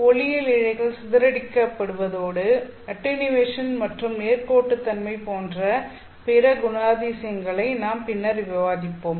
ஒளியியல் இழைகள் சிதறடிக்கப்படுவதோடு அட்டினுவஷன் மற்றும் நேர்கோட்டுத்தன்மை போன்ற பிற குணாதிசயங்களை நாம் பின்னர் விவாதிப்போம்